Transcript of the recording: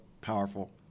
powerful